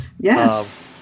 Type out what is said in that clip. Yes